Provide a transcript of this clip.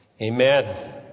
Amen